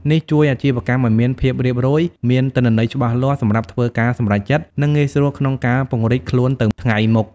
នេះជួយអាជីវកម្មឲ្យមានភាពរៀបរយ មានទិន្នន័យច្បាស់លាស់សម្រាប់ធ្វើការសម្រេចចិត្ត និងងាយស្រួលក្នុងការពង្រីកខ្លួនទៅថ្ងៃមុខ។